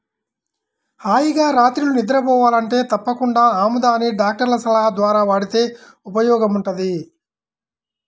హాయిగా రాత్రిళ్ళు నిద్రబోవాలంటే తప్పకుండా ఆముదాన్ని డాక్టర్ల సలహా ద్వారా వాడితే ఉపయోగముంటది